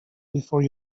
before